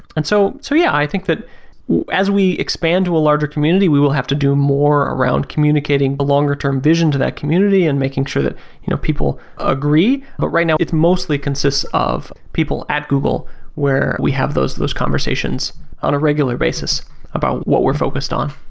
and so so yeah, i think that as we expand to a larger community, we will have to do more around communicating the longer term vision to that community and making sure that you know people agree. but right now, it mostly consists of people at google where we have those those conversations on a regular basis about what we are focused on.